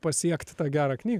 pasiekt tą gerą kny